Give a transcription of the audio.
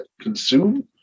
consume